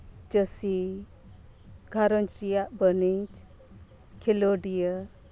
ᱪᱟᱹᱥᱤ ᱜᱷᱟᱨᱚᱸᱧᱡᱽ ᱨᱮᱭᱟᱜ ᱵᱟᱹᱱᱤᱡᱽ ᱠᱷᱮᱹᱞᱳᱰᱤᱭᱟᱹ